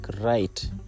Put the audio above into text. right